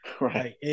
Right